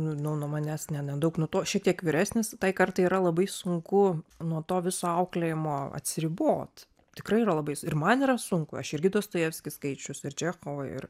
nu nuo nuo manęs ne nedaug nuto šiek tiek vyresnis tai kartai yra labai sunku nuo to viso auklėjimo atsiribot tikrai yra labai s ir man yra sunku aš irgi dostojevskį skaičius ir čechovą ir